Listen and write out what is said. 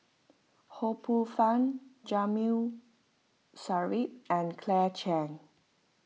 Ho Poh Fun Sarip and Claire Chiang